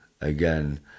again